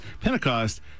Pentecost